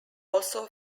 also